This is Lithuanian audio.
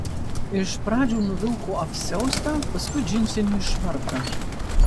iš pradžių nuvilko apsiaustą paskui džinsinį švarką